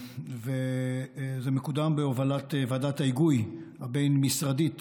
וזה מקודם בהובלת ועדת ההיגוי הבין-משרדית